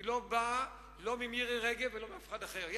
היא לא באה לא ממירי רגב ולא מאף אחד אחר.